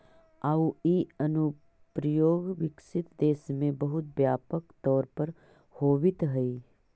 आउ इ अनुप्रयोग विकसित देश में बहुत व्यापक तौर पर होवित हइ